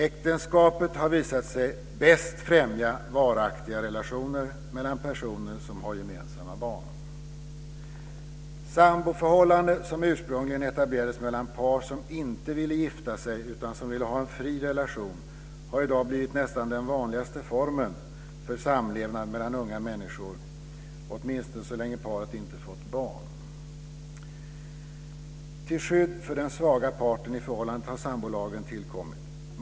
Äktenskapet har visat sig bäst främja varaktiga relationer mellan personer som har gemensamma barn. Samboförhållanden som ursprungligen etablerades mellan par som inte ville gifta sig utan som ville ha en fri relation har i dag blivit nästan den vanligaste formen för samlevnad mellan unga människor, åtminstone så länge paret inte fått barn. Till skydd för den svaga parten i förhållandet har sambolagen tillkommit.